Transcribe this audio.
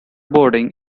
boarding